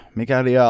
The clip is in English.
mikäli